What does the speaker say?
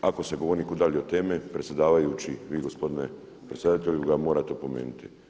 Ako se govornik udalji od teme, predsjedavajući, vi gospodine predsjedatelju ga morate opomenuti.